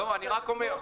לא, אני רק אומר.